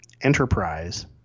Enterprise